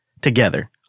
together